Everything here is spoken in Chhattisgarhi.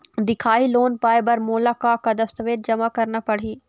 दिखाही लोन पाए बर मोला का का दस्तावेज जमा करना पड़ही?